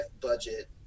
budget